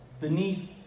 Beneath